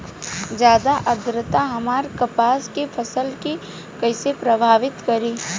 ज्यादा आद्रता हमार कपास के फसल कि कइसे प्रभावित करी?